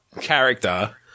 character